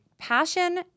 passion